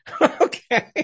Okay